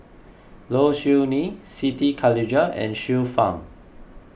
Low Siew Nghee Siti Khalijah and Xiu Fang